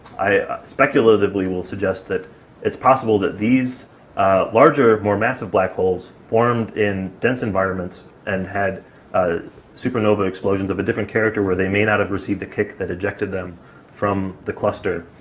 i speculatively will suggest that it's possible that these larger, more massive black holes formed in dense environments and had ah supernova explosions of a different character, where they may not have received a kick that ejected them from the cluster,